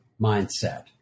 mindset